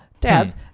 dads